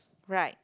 right